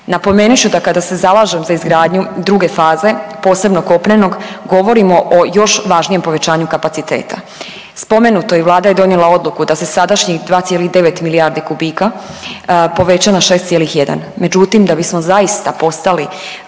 Napomenit ću da kada se zalažem za izgradnju druge faze, posebno kopnenog govorimo o još važnijem povećanju kapaciteta. Spomenuto i Vlada je donijela odluku da se sadašnjih 2,9 milijardi kubika poveća na 6,1. Međutim, da bismo zaista postali